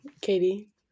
Katie